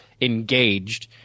engaged